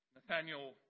Nathaniel